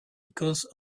because